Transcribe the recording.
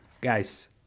Guys